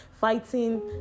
fighting